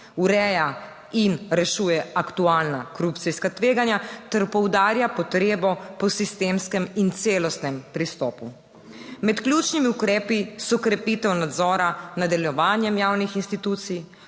ureja in rešuje aktualna korupcijska tveganja ter poudarja potrebo po sistemskem in celostnem pristopu. Med ključnimi ukrepi so krepitev nadzora nad delovanjem javnih institucij,